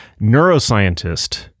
neuroscientist